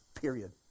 period